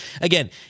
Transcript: again